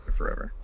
forever